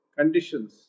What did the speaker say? conditions